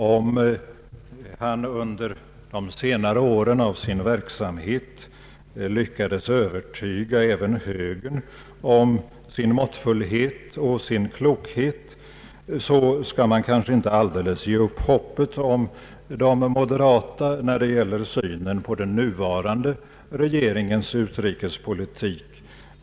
Om han under de senare åren av sin verksamhet lyckades övertyga även högern om sin måttfullhet och sin klokhet, så skall man kanske inte alldeles ge upp hoppet om de moderata när det gäller synen på den nuvarande regeringens utrikespolitik.